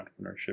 entrepreneurship